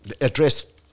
Address